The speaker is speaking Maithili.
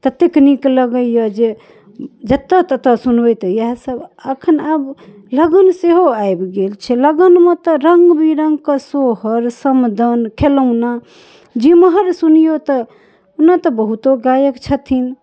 ततेक नीक लगैए जे जतऽ ततऽ सुनबै तऽ इएहसब एखन आब लगन सेहो आबि गेल छै लगनमे तऽ रङ्गबिरङ्गके सोहर समदाओन खेलौना जेम्हर सुनिऔ तऽ ओना तऽ बहुतो गायक छथिन